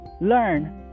learn